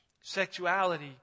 Sexuality